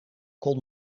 kon